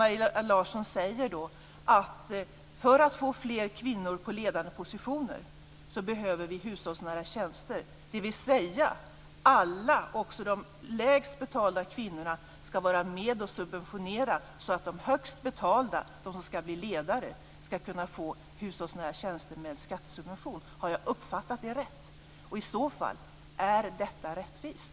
Maria Larsson säger: För att få fler kvinnor på ledande positioner behöver vi hushållsnära tjänster - dvs. alla, också de lägst betalda kvinnorna, ska vara med och subventionera så att de högst betalda, de som ska bli ledare, ska kunna få hushållsnära tjänster med skattesubvention. Har jag uppfattat det rätt? Och i så fall: Är detta rättvist?